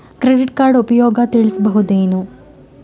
Credit card ಉಪಯೋಗ ತಿಳಸಬಹುದೇನು?